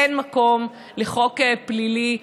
אין מקום לחוק פלילי.